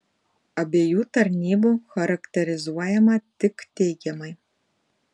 abiejų tarnybų charakterizuojama tik teigiamai